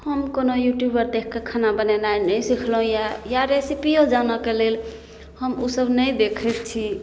हम कोनो युट्यूबर देख कऽ खाना बनेनाइ नहि सिखलहुॅं यऽ या रेसिपियो जानऽके लेल हम ओ सब नहि देखैत छी